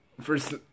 First